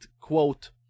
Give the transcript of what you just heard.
quote